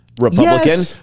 Republican